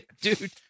dude